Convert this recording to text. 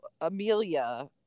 Amelia